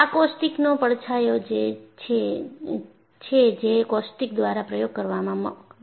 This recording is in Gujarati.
આ કોસ્ટિકનો પડછાયો છે જે કોસ્ટિક્સ દ્વારા પ્રયોગ કરવામાં મળે છે